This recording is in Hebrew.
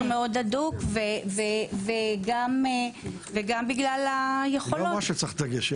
מאוד הדוק וגם בגלל היכולת --- היא לא אמרה שצריך דגש,